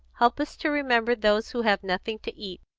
help us to remember those who have nothing to eat.